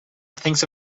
thinks